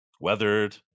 weathered